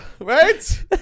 right